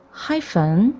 hyphen